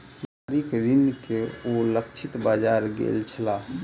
व्यापारिक ऋण के ओ लक्षित बाजार गेल छलाह